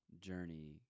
journey